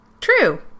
True